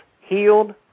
healed